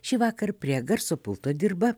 šįvakar prie garso pulto dirba